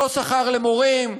לא שכר למורים,